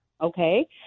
okay